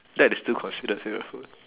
that is still considered favourite food